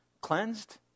cleansed